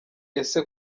ese